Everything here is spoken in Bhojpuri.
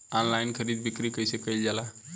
आनलाइन खरीद बिक्री कइसे कइल जाला?